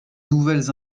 nouvelles